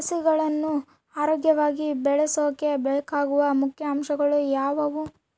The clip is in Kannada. ಸಸಿಗಳನ್ನು ಆರೋಗ್ಯವಾಗಿ ಬೆಳಸೊಕೆ ಬೇಕಾಗುವ ಮುಖ್ಯ ಅಂಶಗಳು ಯಾವವು?